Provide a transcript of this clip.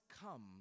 come